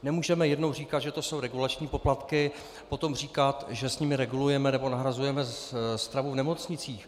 Nemůžeme jednou říkat, že to jsou regulační poplatky, potom říkat, že s nimi regulujeme, nebo nahrazujeme stravu v nemocnicích.